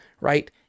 right